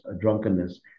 drunkenness